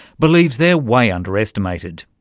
believes they're way underestimated.